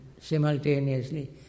simultaneously